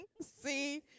See